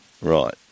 Right